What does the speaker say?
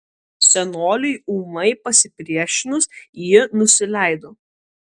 senoliui ūmai pasipriešinus ji nusileido